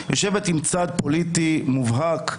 יושבת עם צד פוליטי מובהק,